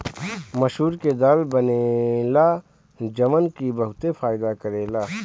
मसूर के दाल बनेला जवन की बहुते फायदा करेला